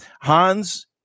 Hans